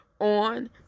on